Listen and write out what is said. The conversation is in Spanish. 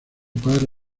para